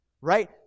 right